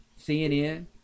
CNN